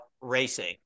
racing